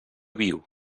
viu